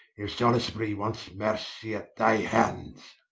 if salisbury wants mercy at thy hands.